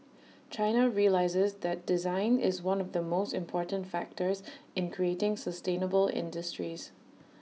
China realises that design is one of the most important factors in creating sustainable industries